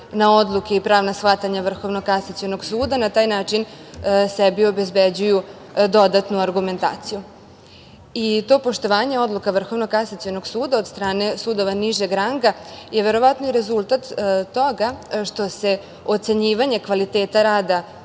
na odluke i pravna shvatanja Vrhovnog kasacionog suda. Na taj način sebi obezbeđuju dodatnu argumentaciju. To poštovanje odluka Vrhovnog kasacionog suda od strane sudova nižeg ranga je verovatno rezultat toga što se ocenjivanje kvaliteta rada